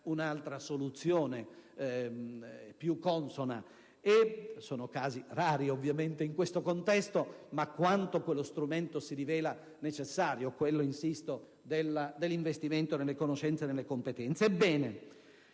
un'altra soluzione a lui più consona. Sono casi rari, ovviamente in questo contesto, ma insisto su quanto si riveli necessario lo strumento dell'investimento nelle conoscenze e nelle competenze.